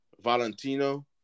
Valentino